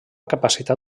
capacitat